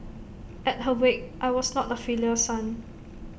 at her wake I was not A filial son